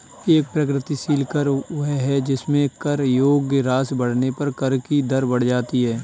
एक प्रगतिशील कर वह है जिसमें कर योग्य राशि बढ़ने पर कर की दर बढ़ जाती है